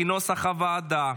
כנוסח הוועדה.